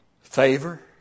Favor